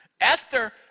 Esther